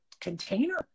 container